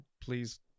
Please